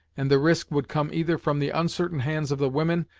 and the risk would come either from the uncertain hands of the women,